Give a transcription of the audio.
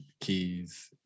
keys